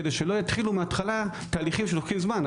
כדי שלא יתחילו מהתחלה תהליכים שלוקחים זמן.